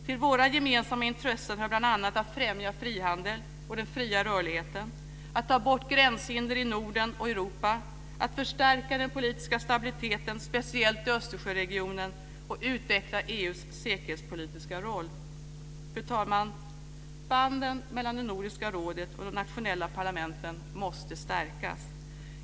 Till våra gemensamma intressen hör bl.a. att främja frihandel och den fria rörligheten, att ta bort gränshinder i Norden och Europa, att förstärka den politiska stabiliteten, speciellt i Östersjöregionen, och utveckla EU:s säkerhetspolitiska roll. Fru talman! Banden mellan Nordiska rådet och de nationella parlamenten måste stärkas.